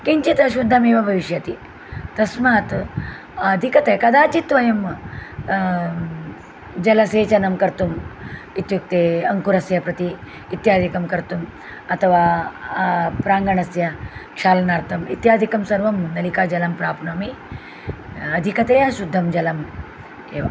किञ्चित् अशुद्दमेव भविष्यति तस्मात् अधिकतया कदाचित् वयं जलसेचनं कर्तुम् इत्युक्ते अङ्कुरस्य प्रति इत्यादिकं कर्तुम् अथवा प्रङ्गणस्य क्षालनार्तम् इत्यादिकं सर्वं नलिकाजलं प्राप्नोमि अधिकतया शुद्धं जलम् एव